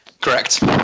Correct